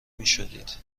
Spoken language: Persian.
میشید